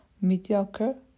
Mediocre